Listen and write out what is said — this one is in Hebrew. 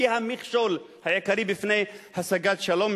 המכשול העיקרי בפני השגת שלום,